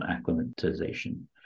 acclimatization